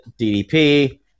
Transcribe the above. DDP